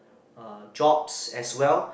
uh jobs as well